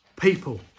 people